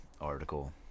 article